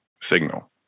signal